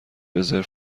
رزرو